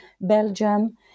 Belgium